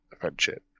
friendship